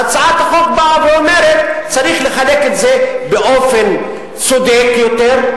והצעת החוק באה ואומרת: צריך לחלק את זה באופן צודק יותר,